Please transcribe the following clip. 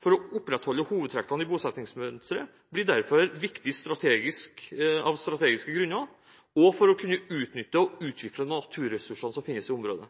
for å opprettholde hovedtrekkene i bosettingsmønsteret blir derfor viktig av strategiske grunner og for å kunne utnytte og utvikle naturressursene som finnes i området.